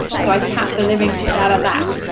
so i tapped the living shit out of that.